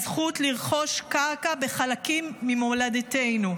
הזכות לרכוש קרקע בחלקים ממולדתנו.